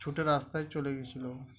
ছোটে রাস্তায় চলে গিয়েছিলো